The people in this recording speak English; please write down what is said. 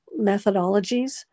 methodologies